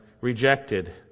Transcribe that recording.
rejected